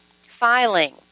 filing